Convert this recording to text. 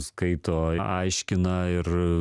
skaito aiškina ir